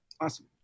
Awesome